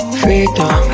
freedom